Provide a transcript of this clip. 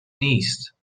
نیست